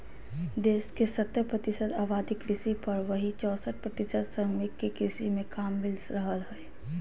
देश के सत्तर प्रतिशत आबादी कृषि पर, वहीं चौसठ प्रतिशत श्रमिक के कृषि मे काम मिल रहल हई